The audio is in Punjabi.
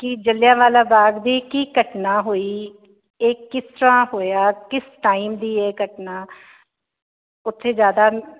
ਕੀ ਜਲਿਆ ਵਾਲਾ ਬਾਗ ਦੀ ਕੀ ਘਟਨਾ ਹੋਈ ਇਹ ਕਿਸ ਤਰ੍ਹਾਂ ਹੋਇਆ ਕਿਸ ਟਾਈਮ ਦੀ ਇਹ ਘਟਨਾ ਉੱਥੇ ਜਿਆਦਾ